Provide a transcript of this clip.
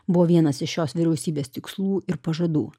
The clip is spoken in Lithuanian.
buvo vienas iš šios vyriausybės tikslų ir pažadų